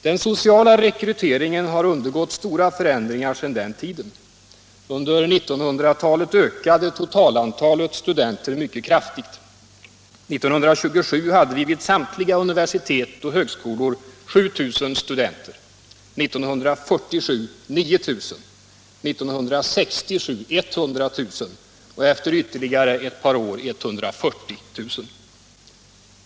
Den sociala rekryteringen har undergått stora förändringar sedan den tiden. Under 1900-talet ökade totalantalet studenter mycket kraftigt. 1927 hade vi vid samtliga universitet och högskolor 7000 studenter, 1947 9 000, 1967 100 000 och efter ytterligare ett par år 140 000.